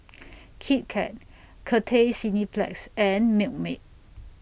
Kit Kat Cathay Cineplex and Milkmaid